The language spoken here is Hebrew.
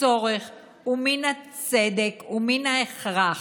הצורך מן הצדק ומן ההכרח